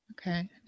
Okay